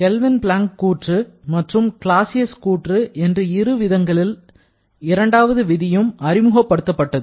kelvin Planck கூற்று மற்றும் Clausius கூற்று என்று இரு விதங்களில் இரண்டாவது விதியும் அறிமுகப்படுத்தப்பட்டது